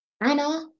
Anna